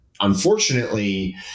unfortunately